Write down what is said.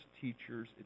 teachers